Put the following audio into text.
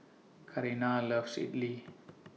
Carina loves Idly